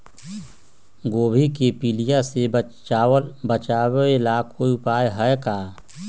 गोभी के पीलिया से बचाव ला कोई उपाय है का?